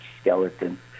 skeleton